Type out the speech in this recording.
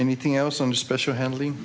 anything else some special handling